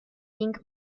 pink